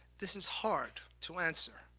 this is hard to answer,